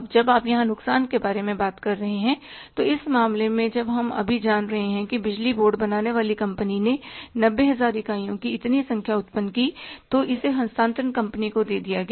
अब जब आप यहां नुकसान के बारे में बात कर रहे हैं तो इस मामले में जब हम अभी जान रहे हैं कि बिजली बोर्ड बनाने वाली कंपनी ने 90000 इकाइयों की इतनी संख्या उत्पन्न की तो इसे हस्तांतरण कंपनी को दे दिया गया